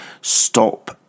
stop